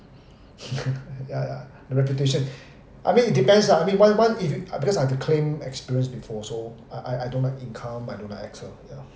ya ya the reputation I mean it depends lah I mean one one if you I because I have the claim experience before so I I I don't like income I don't like AXA ya